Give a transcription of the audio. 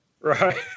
right